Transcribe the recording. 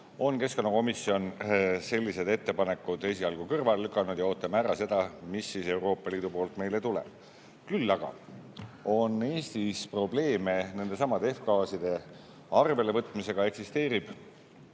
on keskkonnakomisjon sellised ettepanekud esialgu kõrvale lükanud ja ootame ära, mis Euroopa Liidust meile tuleb. Küll aga on Eestis probleeme nendesamade F-gaaside arvelevõtmisega. Eksisteerib